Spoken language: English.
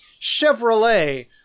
Chevrolet